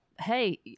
hey